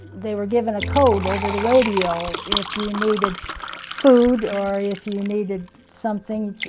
they were given a code over the radio, if you needed food or if you needed something,